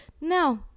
No